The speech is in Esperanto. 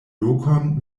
lokon